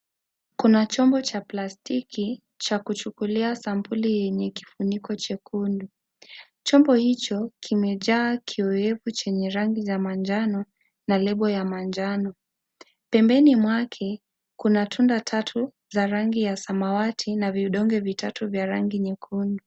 Kuna chombo cha kuchukulia sampuli yenye kifuniko jekundu, chombo hicho kimejaa kiowevu chenye rangi za manjano na lebo ya manjano, pembeni mwake kuna tunda tatu za rangi ya samawati na vidonge vitatu vya rangi nyekundu.